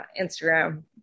Instagram